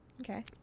Okay